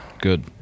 Good